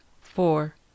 four